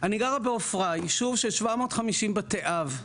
גרה בעפרה, יישוב של 750 בתי אב.